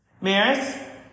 Maris